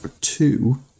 two